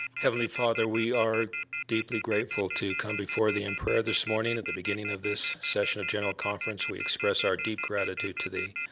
heavenly father, we are deeply grateful to come before thee in prayer this morning at the beginning of this session of general conference. we express our deep gratitude to thee,